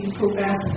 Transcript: progress